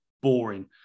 boring